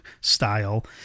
style